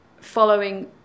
following